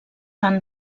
tant